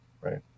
right